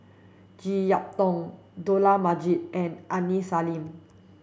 Jek Yeun Thong Dollah Majid and Aini Salim